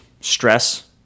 stress